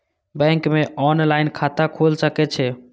Bank में online खाता खुल सके छे?